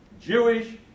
Jewish